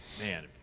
man